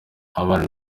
abana